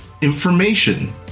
Information